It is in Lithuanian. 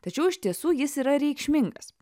tačiau iš tiesų jis yra reikšmingas